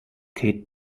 kit